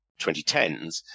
2010s